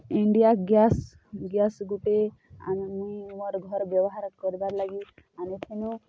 India gas gas ଗୁଟେ ଆଣ୍ ମୁଇଁ ମୋର୍ ଘରେ ବ୍ୟବହାର୍ କର୍ବା ଲାଗି ଆନିଥିନୁ